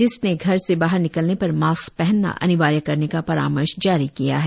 जिसने घर से बाहर निकलने पर मास्क पहनना अनिवार्य करने का परामर्श जारी किया है